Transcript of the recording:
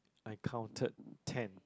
I counted ten